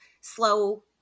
slow